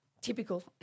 Typical